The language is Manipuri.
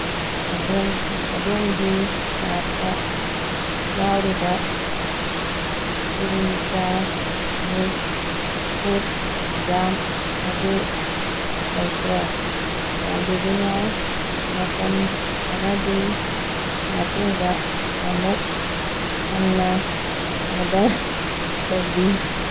ꯑꯗꯣꯝ ꯑꯗꯣꯝꯒꯤ ꯀꯥꯔꯠꯇ ꯌꯥꯎꯔꯤꯕ ꯁꯤꯔꯤꯃꯤꯀꯥ ꯃꯤꯛꯁ ꯐ꯭ꯔꯨꯠ ꯖꯥꯝ ꯑꯗꯨ ꯂꯩꯇ꯭ꯔꯦ ꯆꯥꯟꯕꯤꯗꯨꯅ ꯃꯇꯝ ꯈꯔꯒꯤ ꯃꯇꯨꯡꯗ ꯑꯃꯨꯛ ꯍꯟꯅ ꯑꯣꯗꯔ ꯇꯧꯕꯤꯌꯨ